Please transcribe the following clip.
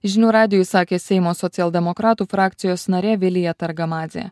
žinių radijui sakė seimo socialdemokratų frakcijos narė vilija targamadzė